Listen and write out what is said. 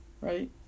Right